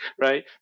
right